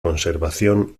conservación